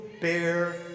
bear